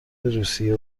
روسیه